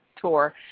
tour